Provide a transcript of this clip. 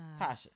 Tasha